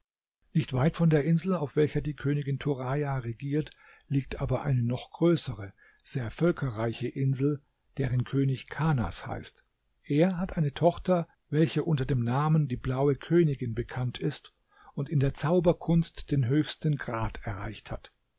nicht weit von der insel auf welcher die königin turaja regiert liegt aber noch eine größere sehr völkerreiche insel deren könig kanas heißt er hat eine tochter weiche unter dem namen die blaue königin bekannt ist und in der zauberkunst den höchsten grad erreicht hat